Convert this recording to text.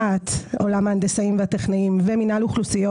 מ"ט ההנדסאים והטכנאים ומנהל אוכלוסיות